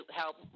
help